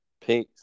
Peace